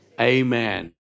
Amen